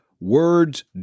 words